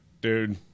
Dude